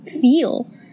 feel